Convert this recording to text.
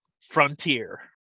Frontier